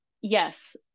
yes